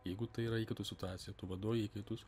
jeigu tai yra įkaitų situacija tu vaduoji įkaitus